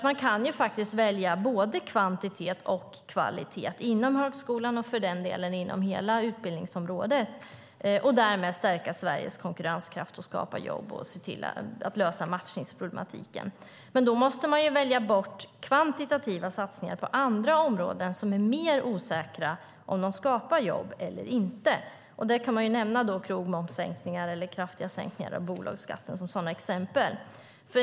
Man kan faktiskt välja både kvantitet och kvalitet inom högskolan, och för den delen inom hela utbildningsområdet, och därmed stärka Sveriges konkurrenskraft, skapa jobb och se till att lösa matchningsproblematiken. Men då måste man välja bort kvantitativa satsningar på andra områden där det är mer osäkert om de skapar jobb eller inte. Man kan nämna krogmomssänkningar eller kraftiga sänkningar av bolagsskatten som sådana exempel.